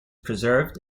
preserved